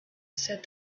said